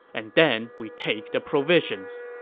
and then we take the provisions.